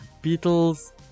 Beatles